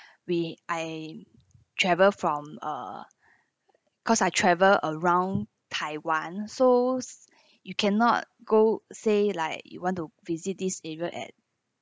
we I travelled from uh cause I travel around taiwan so you cannot go say like you want to visit this area at